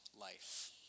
life